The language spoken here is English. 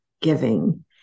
giving